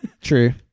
True